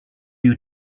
you